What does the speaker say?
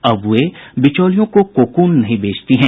अब वे बिचौलियों को कोकून नहीं बेचती हैं